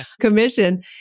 commission